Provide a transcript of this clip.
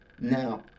now